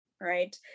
right